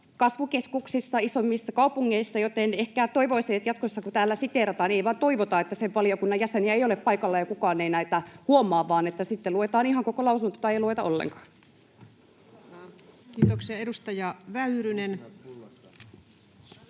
kasvukeskuksissa, isoimmissa kaupungeissa. Joten ehkä toivoisin, että jatkossa kun täällä siteerataan, niin ei vain toivota, että sen valiokunnan jäseniä ei ole paikalla ja kukaan ei näitä huomaa, vaan että sitten luetaan ihan koko lausunto tai lueta ollenkaan. Kiitoksia. — Edustaja Väyrynen.